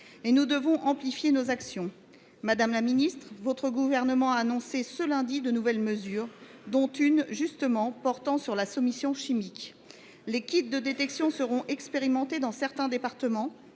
Nous devons amplifier nos actions. Madame la secrétaire d’État, votre gouvernement a annoncé, ce lundi, de nouvelles mesures, dont l’une porte justement sur la soumission chimique. Les kits de détection seront expérimentés dans certains départements.